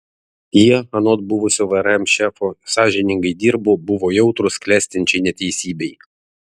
jie anot buvusio vrm šefo sąžiningai dirbo buvo jautrūs klestinčiai neteisybei